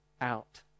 out